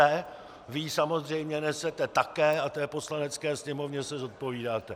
Vy ji samozřejmě nesete také a Poslanecké sněmovně se zodpovídáte.